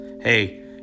Hey